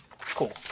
Cool